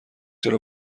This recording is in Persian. چرا